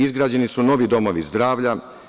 Izgrađeni su novi domovi zdravlja.